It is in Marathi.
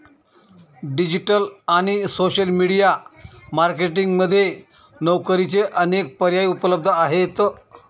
डिजिटल आणि सोशल मीडिया मार्केटिंग मध्ये नोकरीचे अनेक पर्याय उपलब्ध आहेत